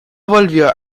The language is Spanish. volvió